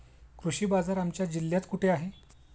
कृषी बाजार आमच्या जिल्ह्यात कुठे आहे?